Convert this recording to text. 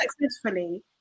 successfully